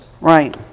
Right